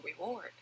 reward